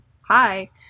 hi